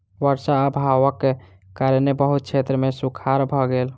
वर्षा अभावक कारणेँ बहुत क्षेत्र मे सूखाड़ भ गेल